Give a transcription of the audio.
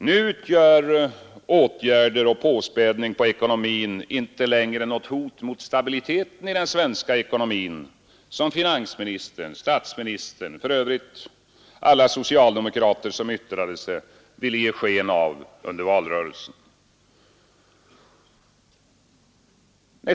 Nu utgör åtgärder för påspädning på ekonomin inte längre något hot mot stabiliteten i den svenska ekonomin, som finansministern, statsministern och alla andra socialdemokrater som yttrat sig i frågan ville ge sken av under valrörelsen.